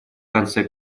конце